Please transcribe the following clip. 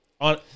on